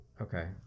Okay